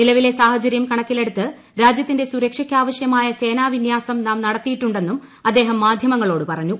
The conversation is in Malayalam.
നിലവിലെ സാഹചര്യം കണക്കിള്ളിട്ടുത്ത് രാജ്യത്തിന്റെ സുരക്ഷയ്ക്ക് ആവശ്യമായ സേന്ദ്വിന്യാസം നാം നടത്തിയിട്ടുണ്ടെന്നും അദ്ദേശും മാധ്യമങ്ങളോട് പറഞ്ഞു